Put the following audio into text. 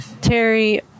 Terry